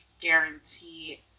guarantee